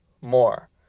more